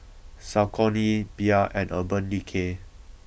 Saucony Bia and Urban Decay